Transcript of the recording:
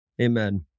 Amen